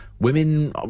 women